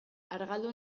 argaldu